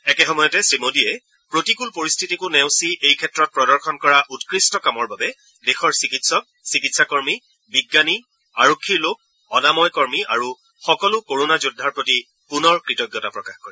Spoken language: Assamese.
একে সময়তে তেওঁ প্ৰতিকল পৰিস্থিতিকো নেওচি এই ক্ষেত্ৰত প্ৰদৰ্শন কৰা উৎকৃষ্ট কামৰ বাবে দেশৰ চিকিৎসক চিকিৎসাকৰ্মী বিজ্ঞানী আৰক্ষীৰ লোক অনাময় কৰ্মী আৰু সকলো কৰোণা যোদ্ধাৰ প্ৰতি পুনৰ কৃতজ্ঞতা প্ৰকাশ কৰে